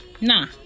Nah